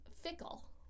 fickle